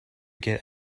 get